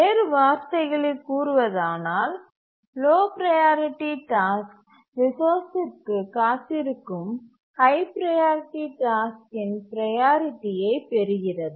வேறு வார்த்தைகளில் கூறுவதானால் லோ ப்ரையாரிட்டி டாஸ்க் ரிசோர்ஸ்சிற்கு காத்திருக்கும் ஹய் ப்ரையாரிட்டி டாஸ்க்கின் ப்ரையாரிட்டியைப் பெறுகிறது